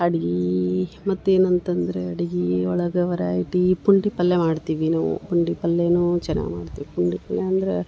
ಅಡ್ಗೀ ಮತ್ತು ಏನು ಅಂತಂದರೆ ಅಡಿಗಿ ಒಳಗೆ ವರೈಟಿ ಪುಂಡಿ ಪಲ್ಲೆ ಮಾಡ್ತೀವಿ ನಾವು ಪುಂಡಿ ಪಲ್ಲೇನು ಚೆನ್ನಾಗ್ ಮಾಡ್ತೀವಿ ಪುಂಡಿ ಪಲ್ಯ ಅಂದ್ರೆ